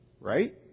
Right